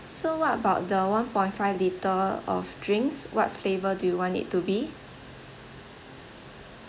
so what about the one point five liter of drinks what flavour do you want it to be